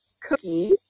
cookie